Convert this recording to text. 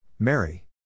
Mary